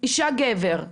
אישה גבר,